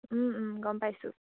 গম পাইছোঁ